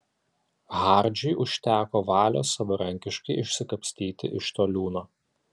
hardžiui užteko valios savarankiškai išsikapstyti iš to liūno